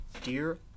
dear